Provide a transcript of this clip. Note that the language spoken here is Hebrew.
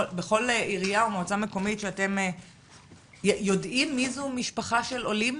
או מועצה מקומית יודעים מי זו משפחה של עולים?